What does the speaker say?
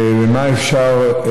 ומה אפשר?